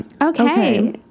Okay